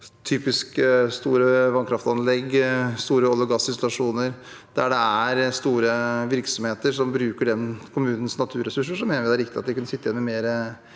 typisk store vannkraftanlegg og store oljeog gassinstallasjoner. Der det er store virksomheter som bruker kommunenes naturressurser, mener vi det er riktig at kommunen kan sitte igjen med mer